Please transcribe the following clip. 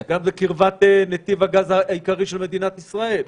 זה גם בקרבת נתיב הגז העיקרי של מדינת ישראל.